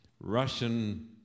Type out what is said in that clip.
Russian